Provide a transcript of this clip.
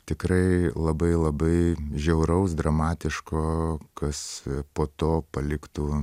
tikrai labai labai žiauraus dramatiško kas po to paliktų